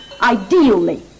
ideally